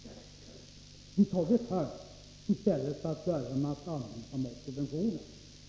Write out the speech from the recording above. Låt oss ta detta först i stället för att börja med att angripa matsubventionerna!